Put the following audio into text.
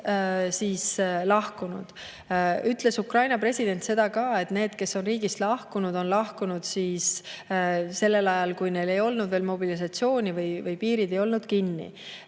riigist lahkunud. Ukraina president ütles seda ka, et need, kes on riigist lahkunud, on lahkunud ajal, kui neil ei olnud veel mobilisatsiooni või piirid ei olnud kinni.